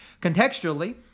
Contextually